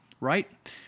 right